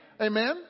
Amen